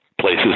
places